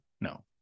No